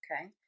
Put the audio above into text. Okay